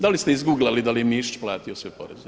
Da li ste izguglali da li je Mišić platio sve poreze?